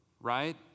right